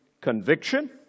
conviction